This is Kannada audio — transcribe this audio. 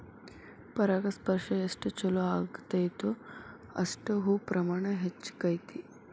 ಪರಾಗಸ್ಪರ್ಶ ಎಷ್ಟ ಚುಲೋ ಅಗೈತೋ ಅಷ್ಟ ಹೂ ಪ್ರಮಾಣ ಹೆಚ್ಚಕೈತಿ